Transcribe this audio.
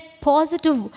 positive